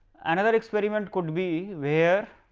another experiment could be where,